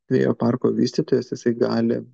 vėjo parko vystytojas jisai gali